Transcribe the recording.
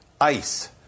ice